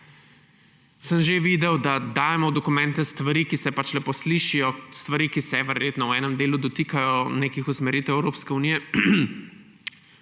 sem že videl, da dajemo v dokumente stvari, ki se lepo slišijo, stvari, ki se verjetno v enem delu dotikajo nekih usmeritev Evropske unije,